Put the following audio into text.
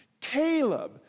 Caleb